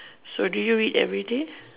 so do you read everyday